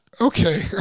Okay